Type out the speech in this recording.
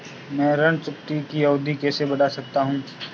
मैं ऋण चुकौती की अवधि कैसे बढ़ा सकता हूं?